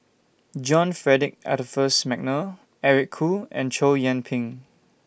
John Frederick Adolphus Mcnair Eric Khoo and Chow Yian Ping